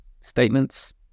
statements